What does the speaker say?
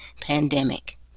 pandemic